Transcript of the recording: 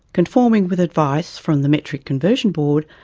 conforming with advice from the metric conversion board,